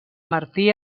martí